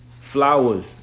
flowers